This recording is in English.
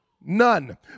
None